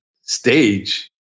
stage